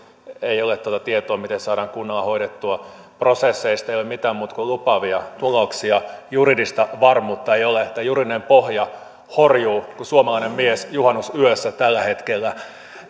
ei ole tietoa miten vesien puhdistus saadaan kunnolla hoidettua ja prosesseista ei ole mitään muuta kuin lupaavia tuloksia juridista varmuutta ei ole tai juridinen pohja horjuu kuin suomalainen mies juhannusyössä tällä hetkellä